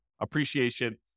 appreciation